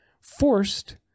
forced